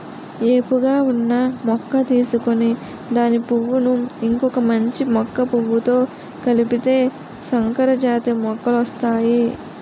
ఏపుగా ఉన్న మొక్క తీసుకొని దాని పువ్వును ఇంకొక మంచి మొక్క పువ్వుతో కలిపితే సంకరజాతి మొక్కలొస్తాయి